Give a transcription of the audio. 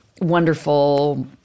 wonderful